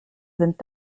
sind